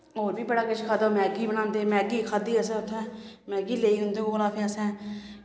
होर बी बड़ा किश खाद्धा मैगी बनांदे मैगी खाद्धी असें उत्थें मैगी लेई उंदे कोला फ्ही असें